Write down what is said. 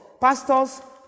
Pastors